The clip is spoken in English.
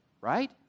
right